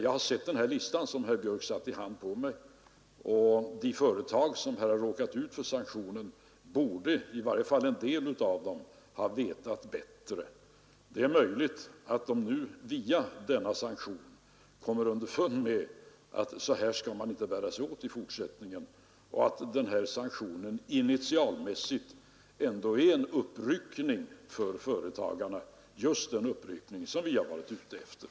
Jag har sett listan som herr Björk i Gävle satte i handen på mig och jag menar att de företag som har råkat ut för sanktionen — eller i varje fall en del av dem — borde ha vetat bättre. Det är möjligt att de nu via denna sanktion kommer underfund med att så här skall man inte bära gt ändå medför en sig åt i fortsättningen och att sanktionen initialmäss uppryckning för företagarna — just den uppryckning som vi har varit ute efter.